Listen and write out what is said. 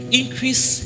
increase